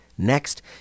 Next